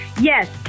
Yes